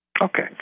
Okay